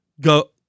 go